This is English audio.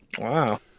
Wow